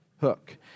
hook